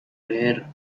rare